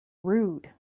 rude